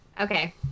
Okay